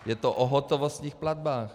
Je to o hotovostních platbách.